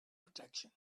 protection